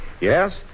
Yes